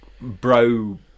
bro